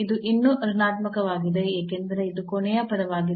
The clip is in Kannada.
ಇದು ಇನ್ನೂ ಋಣಾತ್ಮಕವಾಗಿದೆ ಏಕೆಂದರೆ ಇದು ಕೊನೆಯ ಪದವಾಗಿದೆ